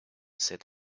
said